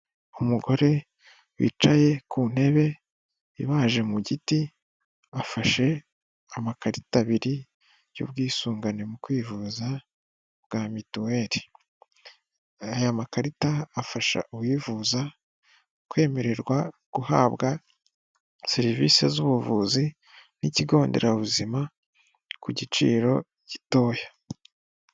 Umugore wicaye ku ntebe ibaje mu giti afashe amakarita abiri y'ubwisungane mu kwivuza bwa mituweli, aya makarita afasha uwivuza kwemererwa guhabwa serivisi z'ubuvuzi n'ikigo nderabuzima ku giciro gitoya.